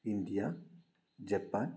India Japan